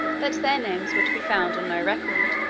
that their names were to be found on no record,